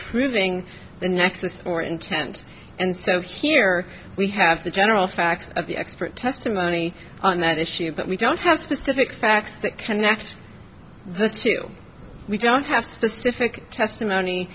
proving the nexus or intent and so here we have the general facts of the expert testimony on that issue but we don't have specific facts that connect the two we don't have specific testimony